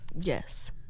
Yes